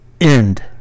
end